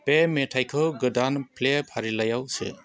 बे मेथायखौ गोदान प्लैफारिलाइआव सो